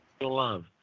Love